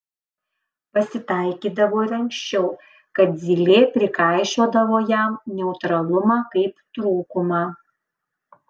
pasitaikydavo ir anksčiau kad zylė prikaišiodavo jam neutralumą kaip trūkumą